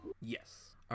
Yes